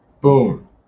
Boom